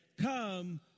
Come